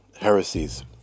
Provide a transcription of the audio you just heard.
heresies